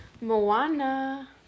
Moana